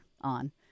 on